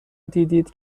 دیدید